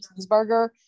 cheeseburger